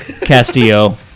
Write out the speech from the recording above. Castillo